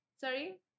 sorry